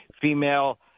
female